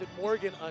Morgan